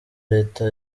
leta